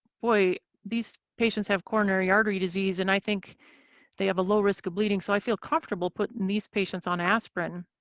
boy, these patients have coronary artery disease and i think they have a low risk of bleeding so i feel comfortable putting these patients on aspirin.